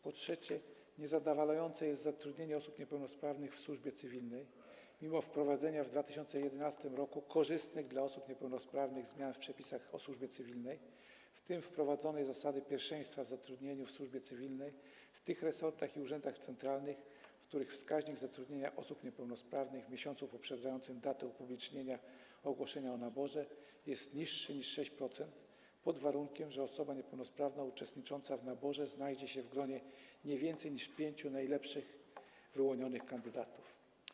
Po trzecie, niezadowalające jest zatrudnienie osób niepełnosprawnych w służbie cywilnej mimo wprowadzenia w 2011 r. korzystnych dla osób niepełnosprawnych zmian w przepisach o służbie cywilnej, w tym wprowadzenia zasady pierwszeństwa w zatrudnieniu w służbie cywilnej w tych resortach i urzędach centralnych, w których wskaźnik zatrudnienia osób niepełnosprawnych w miesiącu poprzedzającym datę upublicznienia ogłoszenia o naborze jest niższy niż 6%, pod warunkiem że osoba niepełnosprawna uczestnicząca w naborze znajdzie się w gronie nie więcej niż pięciu najlepszych wyłonionych kandydatów.